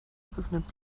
prüfenden